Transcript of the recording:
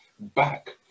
back